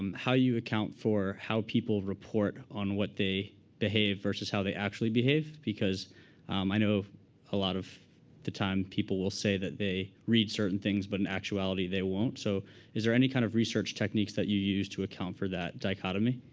um how you account for how people report on what they behave versus how they actually behave? because i know a lot of the time, people will say that they read certain things but in actuality, they won't. so is there any kind of research techniques that you use to account for that dichotomy?